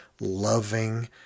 loving